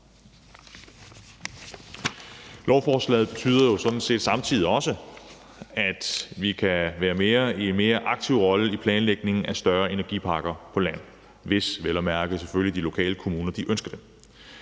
Lovforslaget betyder jo sådan set samtidig også, at vi kan have en mere aktiv rolle i planlægningen af større energiparker på land, hvis vel at mærke de lokale kommuner ønsker det.